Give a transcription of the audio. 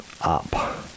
up